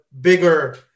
bigger